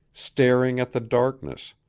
staring at the darkness,